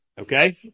Okay